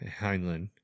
Heinlein